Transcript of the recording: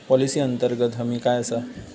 Policy अंतर्गत हमी काय आसा?